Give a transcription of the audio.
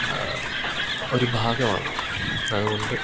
ഒരു ഭാഗമാണ് അതുകൊണ്ട്